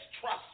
trust